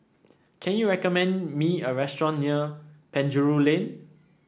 can you recommend me a restaurant near Penjuru Lane